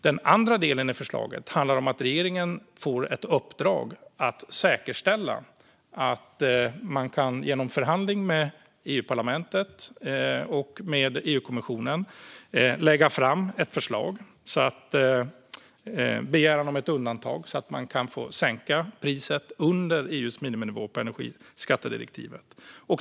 Den andra delen i förslaget handlar om att regeringen får ett uppdrag att säkerställa att man genom förhandling med EU-parlamentet och EU-kommissionen kan lägga fram en begäran om ett undantag så att man kan få sänka priset under EU:s miniminivå i energiskattedirektivet.